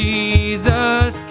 Jesus